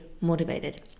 motivated